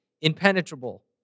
impenetrable